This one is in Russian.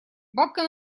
бабка